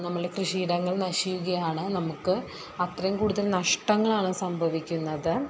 നമ്മളുടെ കൃഷി ഇടങ്ങൾ നശിക്കുകയാണ് നമുക്ക് അത്രയും കൂടുതൽ നഷ്ടങ്ങളാണ് സംഭവിക്കുന്നത്